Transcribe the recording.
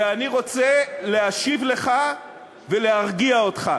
ואני רוצה להשיב לך ולהרגיע אותך,